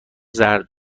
ضرب